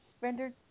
rendered